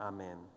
Amen